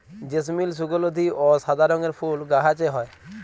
জেসমিল সুগলধি অ সাদা রঙের ফুল গাহাছে হয়